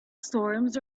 storms